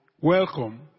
welcome